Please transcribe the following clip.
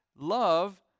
Love